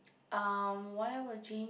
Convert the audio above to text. um what I will change